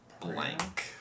blank